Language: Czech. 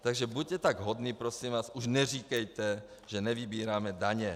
Takže buďte tak hodní, prosím vás, už neříkejte, že nevybíráme daně.